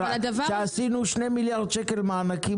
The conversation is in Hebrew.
אבל הדבר --- כשעשינו שני מיליארד שקלים מענקים